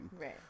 Right